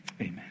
Amen